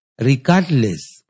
regardless